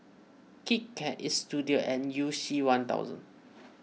Kit Kat Istudio and You C one thousand